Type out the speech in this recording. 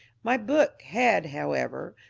my book had, however,